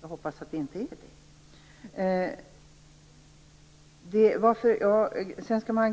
Jag hoppas att det inte är det.